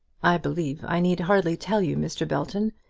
i believe i need hardly tell you, mr. belton,